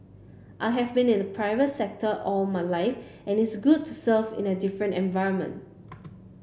I've been in the private sector all my life and it's good to serve in a different environment